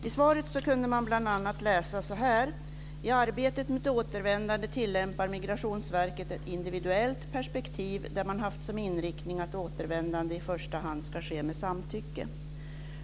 I svaret kunde man bl.a. läsa: "I arbetet med återvändande tillämpar Migrationsverket ett individuellt perspektiv där man haft som inriktning att återvändande i första hand ska ske med samtycke."